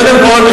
קודם כול,